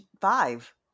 Five